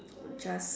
just